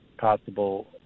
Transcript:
possible